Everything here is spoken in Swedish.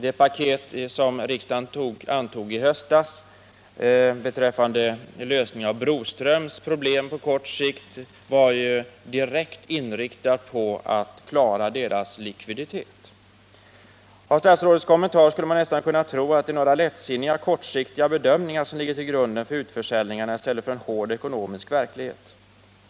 Det paket som riksdagen antog i höstas beträffande lösning av Broströms problem på kort sikt var direkt inriktat på att klara deras likviditet. Av statsrådets kommentar skulle man nästan kunna tro att det är några lättsinniga, kortsiktiga bedömningar som ligger till grund för utförsäljningarna i stället för en hård ekonomisk verklighet.